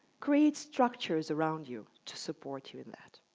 create structures around you to support you in that.